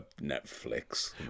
Netflix